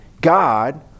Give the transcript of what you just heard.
God